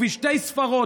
ובשתי ספרות,